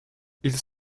ils